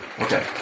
Okay